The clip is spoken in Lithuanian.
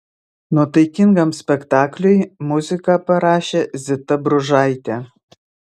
nuotaikingam spektakliui muziką parašė zita bružaitė